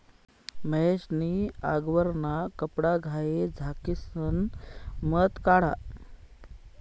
महेश नी आगवरना कपडाघाई झाकिसन मध काढा